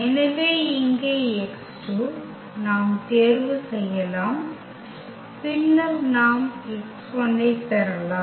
எனவே இங்கே x2 நாம் தேர்வு செய்யலாம் பின்னர் நாம் x1 ஐப் பெறலாம்